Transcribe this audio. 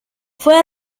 fue